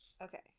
Okay